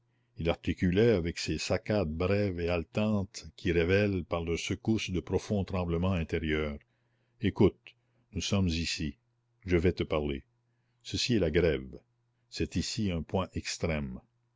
il articulait avec ces saccades brèves et haletantes qui révèlent par leurs secousses de profonds tremblements intérieurs écoute nous sommes ici je vais te parler ceci est la grève c'est ici un point extrême